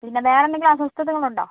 പിന്നെ വേറെ എന്തെങ്കിലും അസ്വസ്ഥതകൾ ഉണ്ടോ